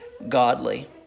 Godly